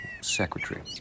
secretary